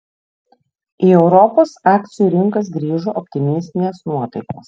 į europos akcijų rinkas grįžo optimistinės nuotaikos